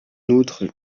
outre